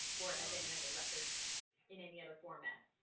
or as any other record in any other format